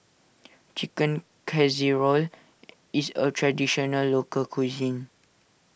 Chicken Casserole is a Traditional Local Cuisine